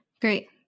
Great